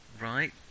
Right